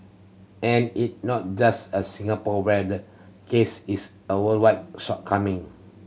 and it not just a Singapore where the case it's a worldwide shortcoming